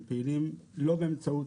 הם פעילים לא באמצעות